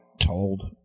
told